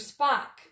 Spock